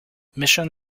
mission